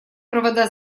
провода